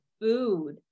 food